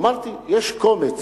אמרתי, יש קומץ.